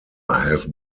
have